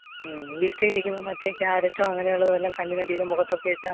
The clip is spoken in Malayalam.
വീട്ടിൽ ഇരിക്കുമ്പം മറ്റേ ക്യാരറ്റോ അങ്ങനെയുള്ളത് വല്ലതും കണ്ണിനടിയിലും മുഖത്തൊക്കെ ഇട്ടാൽ